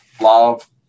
love